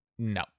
No